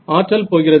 ஆற்றல் போகிறது